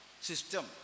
system